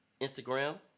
Instagram